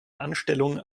anstellung